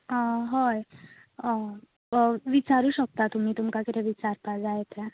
हय विचारूंक शकता तुमी तुमकां कितें विचारपाक जाय ते